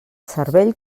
cervell